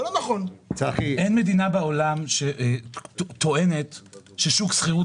זה לא נכון --- אין מדינה בעולם שטוענת ששוק של מכירות